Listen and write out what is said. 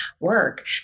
work